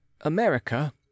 america